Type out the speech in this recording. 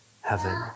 heaven